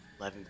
11